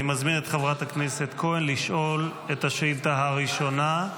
אני מזמין את חברת הכנסת לשאול את השאילתה הראשונה.